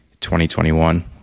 2021